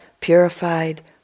purified